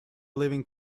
living